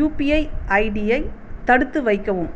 UPI ஐடியை தடுத்து வைக்கவும்